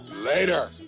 later